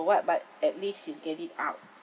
what but at least you get it out